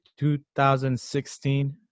2016